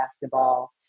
basketball